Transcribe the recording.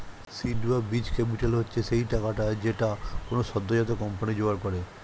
seed বা বীজ capital হচ্ছে সেই টাকাটা যেইটা কোনো সদ্যোজাত কোম্পানি জোগাড় করে